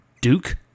Duke